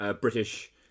British